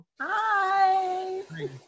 Hi